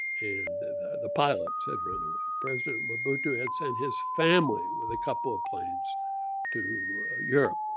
and the pilot said runaway. president mobutu had sent his family with a couple of planes to europe.